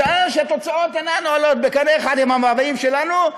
משעה שהתוצאות אינן עולות בקנה אחד עם המאוויים שלנו,